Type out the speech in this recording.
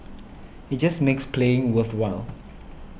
it just makes playing worthwhile